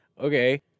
Okay